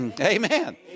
Amen